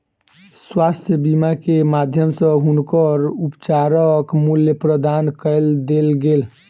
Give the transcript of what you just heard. स्वास्थ्य बीमा के माध्यम सॅ हुनकर उपचारक मूल्य प्रदान कय देल गेल